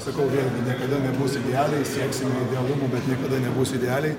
sakau vėlgi niekada nebus idealiai sieksim idealumų bet niekada nebus idealiai